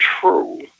true